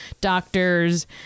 doctors